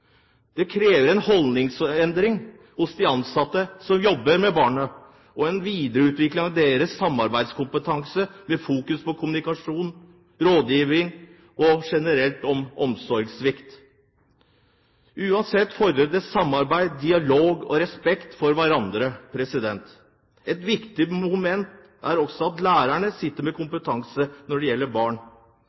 Det krever en holdningsendring hos de ansatte som jobber med barnet og en videreutvikling av deres samarbeidskompetanse med fokus på kommunikasjon, rådgivning og omsorgssvikt generelt. Uansett fordrer det samarbeid, dialog og respekt for hverandre. Et viktig moment er også at lærerne sitter med kompetanse om barn. I en undersøkelse foretatt blant foreldre som har utsatt sine barn